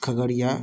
Khagaria